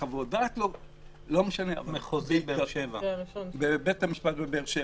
חוות דעת --- בית המשפט המחוזי בבאר שבע.